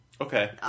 okay